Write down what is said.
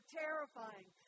terrifying